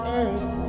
earth